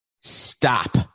stop